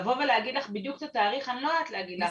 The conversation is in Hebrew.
לבוא ולהגיד לך בדיוק את התאריך אני לא יודעת להגיד לך.